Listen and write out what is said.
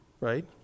right